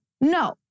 no